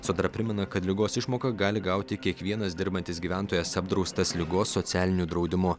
sodra primena kad ligos išmoką gali gauti kiekvienas dirbantis gyventojas apdraustas ligos socialiniu draudimu